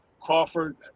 Crawford